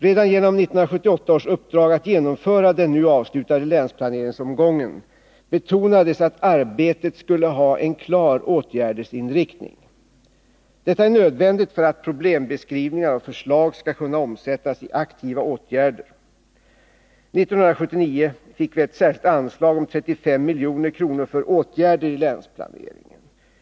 Redan genom 1978 års uppdrag att genomföra den nu avslutade länsplaneringsomgången betonades att arbetet skulle ha en klar åtgärdsinriktning. Detta är nödvändigt för att problembeskrivningar och förslag skall kunna omsättas i aktiva åtgärder. 1979 fick vi ett särskilt anslag om 35 milj.kr. för åtgärder i länsplaneringen.